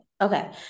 okay